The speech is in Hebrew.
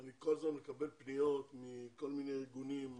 אני כל הזמן מקבל פניות מכל מיני ארגונים,